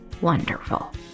wonderful